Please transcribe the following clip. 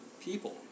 people